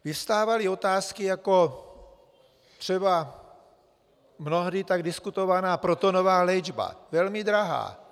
Vyvstávaly otázky jako třeba mnohdy tak diskutovaná protonová léčba, velmi drahá.